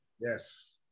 Yes